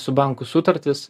su banku sutartis